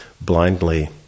blindly